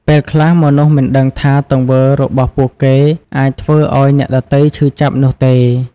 ពេលខ្លះ មនុស្សមិនដឹងថាទង្វើរបស់ពួកគេអាចធ្វើឱ្យអ្នកដទៃឈឺចាប់នោះទេ។